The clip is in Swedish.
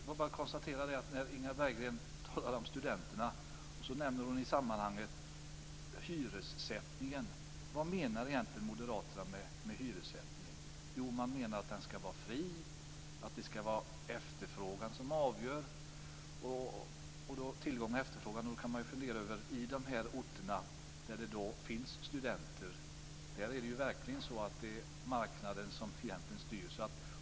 Fru talman! Det har jag alltid. Jag konstaterar att Inga Berggren talar om studenterna. I det sammanhanget nämner hon hyressättningen. Vad menar egentligen moderaterna med hyressättningen? Jo, de menar att den ska vara fri och att det ska vara efterfrågan som avgör. Det handlar om tillgång och efterfrågan. Då kan man börja fundera. I de här orterna, där det finns studenter, är det verkligen marknaden som styr.